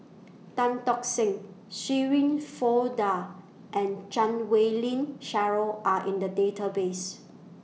Tan Tock Seng Shirin Fozdar and Chan Wei Ling Cheryl Are in The Database